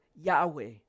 Yahweh